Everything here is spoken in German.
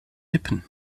lippen